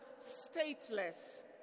stateless